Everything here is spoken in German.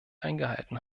eingehalten